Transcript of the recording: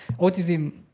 autism